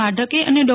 માઢકે અને ડો